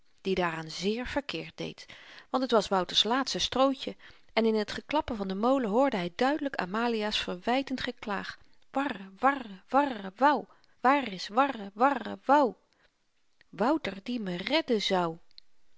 die daaraan zeer verkeerd deed want het was wouter's laatste strootje en in t geklapper van den molen hoorde hy duidelyk amalia's verwytend geklaag warre warre warre wou waar is warre warre wou wouter die me redden zou